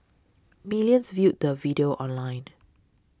millions viewed the video online